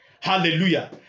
Hallelujah